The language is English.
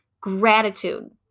gratitude